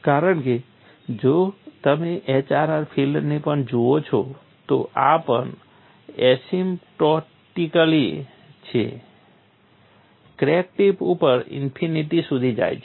કારણ કે જો તમે HRR ફીલ્ડને પણ જુઓ છો તો આ પણ એસિમ્પ્ટોટિકલી ક્રેક ટિપ ઉપર ઇન્ફિનિટી સુધી જાય છે